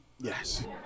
Yes